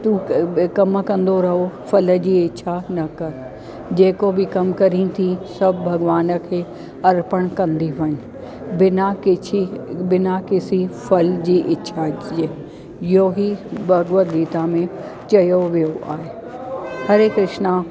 तू कमु कंदो रहो फल जी इच्छा न कर जेको बि कमु करी थी सब भॻिवान खे अर्पणु कंदी वञु बिना किशी बिना किसी फल जी इच्छा जे इहो ई भगवत गीता में चयो वियो आहे हरे कृष्णा